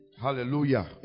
Hallelujah